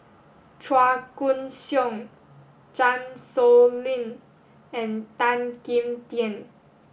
Chua Koon Siong Chan Sow Lin and Tan Kim Tian